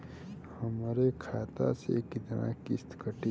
हमरे खाता से कितना किस्त कटी?